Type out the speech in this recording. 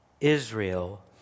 Israel